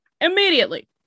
immediately